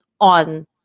on